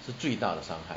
是最大的伤害